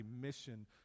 mission